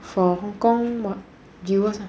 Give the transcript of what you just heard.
for hong kong viewers [one]